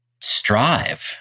strive